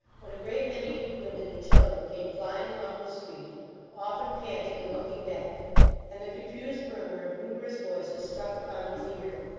when a great many women and children came flying along the street often panting and looking back and the confused murmur of numerous voices struck upon his ear.